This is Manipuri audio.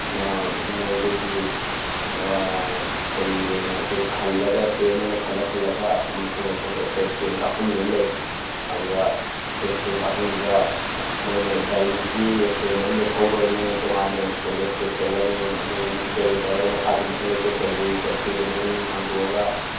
ꯃꯈꯣꯏꯒꯤ ꯀꯔꯤ ꯑꯣꯏꯅ ꯑꯩꯈꯣꯏ ꯈꯜꯂꯒ ꯇꯦꯟ ꯑꯣꯏꯅ ꯈꯜꯂ ꯈꯜꯂꯒ ꯃꯐꯝ ꯃꯐꯝ ꯑꯦꯛꯁ ꯔꯦ ꯏꯁꯀꯦꯟ ꯀꯥꯞꯐꯝ ꯂꯣꯏꯅ ꯂꯩ ꯑꯗꯨꯗ ꯑꯦꯛꯁ ꯔꯦ ꯏꯁꯀꯦꯟ ꯀꯥꯞꯐꯝꯗꯨꯗ ꯃꯣꯏꯅ ꯒꯔꯤꯗꯨꯗꯤ ꯑꯦꯛꯁ ꯔꯦ ꯃꯅꯨꯡꯗ ꯊꯧꯔꯣꯏ ꯃꯣꯏꯅ ꯇꯣꯡꯉꯥꯟꯅ ꯀꯩꯒ ꯆꯦꯛ ꯇꯧꯒꯅꯤ ꯃꯣꯏꯅ ꯃꯤꯡꯁꯦꯜꯒ ꯇꯧꯔꯒ ꯃꯈꯥꯗ ꯏꯟꯁꯟꯂꯒ ꯆꯦꯛ ꯇꯧꯕꯤ ꯈꯣꯠꯄꯤ ꯃꯅꯨꯡ ꯍꯥꯡꯗꯣꯛꯑꯒ